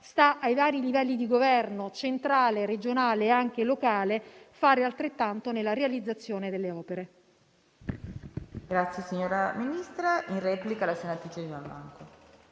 sta ai vari livelli di Governo centrale, regionale e anche locale fare altrettanto nella realizzazione delle opere.